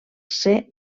ser